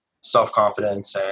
self-confidence